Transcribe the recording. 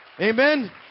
Amen